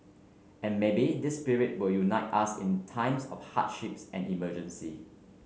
and maybe this spirit will unite us in times of hardships and emergency